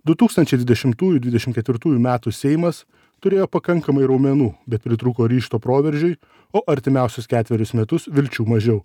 du tūkstančiai dvidešimtųjų dvidešim ketvirtųjų metų seimas turėjo pakankamai raumenų bet pritrūko ryžto proveržiui o artimiausius ketverius metus vilčių mažiau